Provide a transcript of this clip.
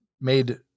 made